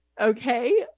okay